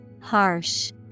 harsh